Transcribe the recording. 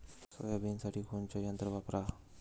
सोयाबीनसाठी कोनचं यंत्र वापरा?